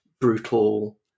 brutal